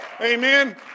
Amen